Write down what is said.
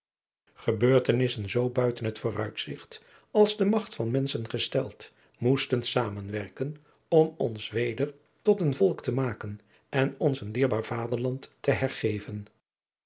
gebeurtenissen zoo buiten het vooruitzigt als de magt van menschen gesteld moesten zamen werken om ons weder tot een volk te maken en ons een dierbaar vaderland te